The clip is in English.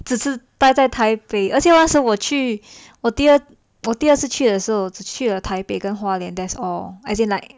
只是呆在台北而且那是我去我第二次去的时候只去了台北跟花莲 that's all